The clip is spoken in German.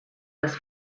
das